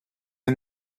you